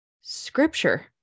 Scripture